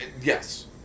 yes